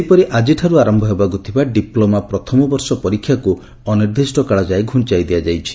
ସେହିପରି ଆଜିଠାରୁ ଆରମ୍ଭ ହେବାକୁ ଥିବା ଡିପ୍ଲୋମା ପ୍ରଥମ ବର୍ଷ ପରୀକ୍ଷାକୁ ଅନିର୍ଦ୍ଦିଷ୍ଟ କାଳ ଯାଏଁ ଘୁଞ୍ଚାଇ ଦିଆଯାଇଛି